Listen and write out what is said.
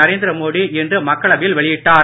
நரேந்திர மோடி இன்று மக்களவையில் வெளியிட்டார்